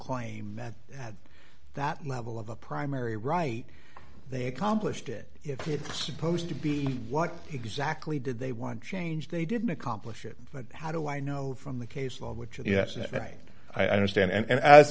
claim that at that level of a primary right they accomplished it if it's supposed to be what exactly did they want change they didn't accomplish it but how do i know from the case law which is yes and i understand and a